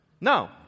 No